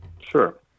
sure